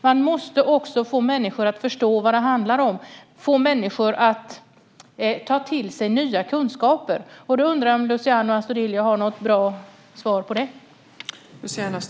Man måste också få människor att förstå vad det handlar om, få människor att ta till sig nya kunskaper. Jag undrar om Luciano Astudillo har något bra svar på det.